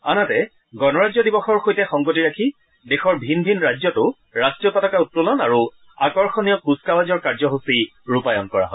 আনহাতে গণৰাজ্য দিৱসৰ সৈতে সংগতি ৰাখি দেশৰ ভিন ভিন ৰাজ্যতো ৰাট্টীয় পতাকা উত্তোলন আৰু আকৰ্ষণীয় কূচকাৱাজৰ কাৰ্যসূচী ৰূপায়ণ কৰা হয়